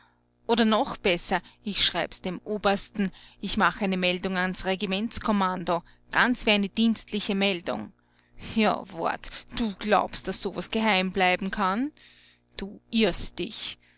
oder noch besser ich schreib's dem obersten ich mach eine meldung ans regimentskommando ganz wie eine dienstliche meldung ja wart du glaubst daß sowas geheim bleiben kann du irrst dich